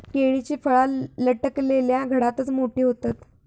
केळीची फळा लटकलल्या घडातच मोठी होतत